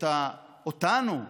אותנו,